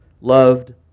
loved